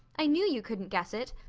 i knew you couldn't guess it.